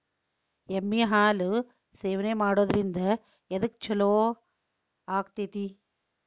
ಎಮ್ಮಿ ಹಾಲು ಸೇವನೆ ಮಾಡೋದ್ರಿಂದ ಎದ್ಕ ಛಲೋ ಆಕ್ಕೆತಿ?